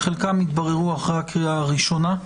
חלקם יתבררו אחרי הקריאה הראשונה,